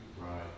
Right